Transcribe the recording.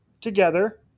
together